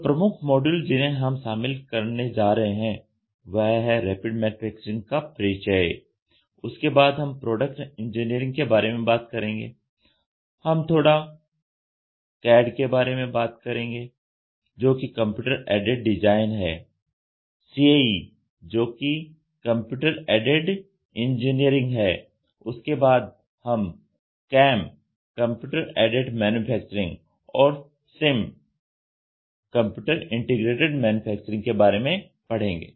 तो प्रमुख मॉड्यूल जिन्हें हम शामिल करने जा रहे हैं वह है रैपिड मैन्युफैक्चरिंग का परिचय उसके बाद हम प्रोडक्ट इंजीनियरिंग के बारे में बात करेंगे हम थोड़ा CAD के बारे में बात करेंगे जो कि कंप्यूटर ऐडेड डिजाइन है CAE जो कि कंप्यूटर ऐडेड इंजीनियरिंग है उसके बाद हम CAM और CIM के बारे में पढ़ेंगे